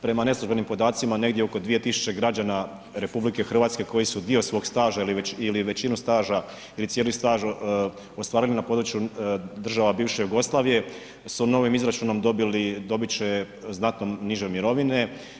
Prema neslužbenim podacima negdje oko 2.000 građana RH koji su dio svog staža ili većinu staža ili cijeli staž ostvarili na području država bivše Jugoslavije su novim izračunom dobit će znatno niže mirovine.